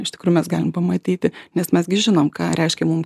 iš tikrųjų mes galim pamatyti nes mes gi žinom ką reiškia mum